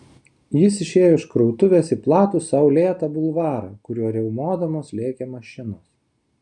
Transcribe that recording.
jis išėjo iš krautuvės į platų saulėtą bulvarą kuriuo riaumodamos lėkė mašinos